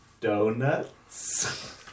donuts